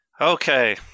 Okay